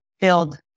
build